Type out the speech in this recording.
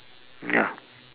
ya